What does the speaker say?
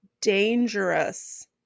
dangerous